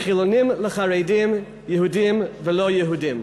מחילונים לחרדים, יהודים ולא-יהודים.